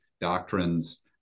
doctrines